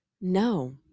no